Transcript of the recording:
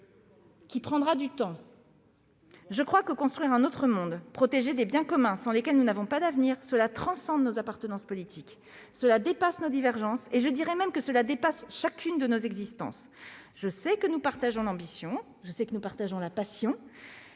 qui prendra du temps, je crois que construire un autre monde, protéger les biens communs, sans lesquels nous n'avons pas d'avenir, transcende nos appartenances politiques. Cela dépasse nos divergences. Je dirai même que cela dépasse chacune de nos existences. Nous avons la même ambition et la même passion.